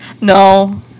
No